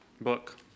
book